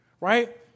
Right